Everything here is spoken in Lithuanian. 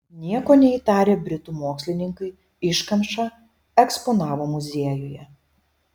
nieko neįtarę britų mokslininkai iškamšą eksponavo muziejuje